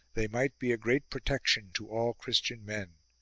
they might be a great protection to all christian men.